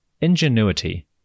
ingenuity